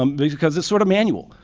um because because it's sort of manual.